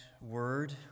word